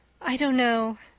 i don't know.